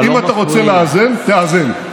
אם אתה רוצה לאזן, תאזן.